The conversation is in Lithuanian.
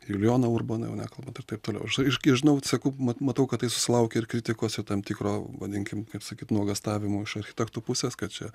julijoną urboną jau nekalbant ir taip toliau ir aš gi žinau seku mat matau kad tai susilaukia ir kritikos ir tam tikro vadinkim kaip sakyt nuogąstavimu iš architektų pusės kad čia